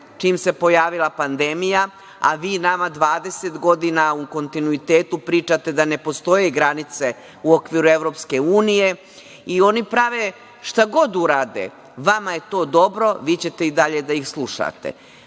čim se pojavila pandemija, a vi nama 20 godina u kontinuitetu pričate da ne postoje granice u okviru EU. Oni šta god urade, vama je to dobro, vi ćete i dalje da ih slušate. Evo,